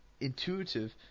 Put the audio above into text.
intuitive